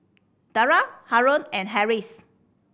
Dara Haron and Harris